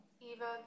Eva